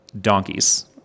donkeys